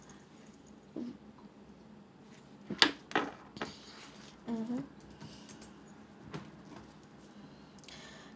mmhmm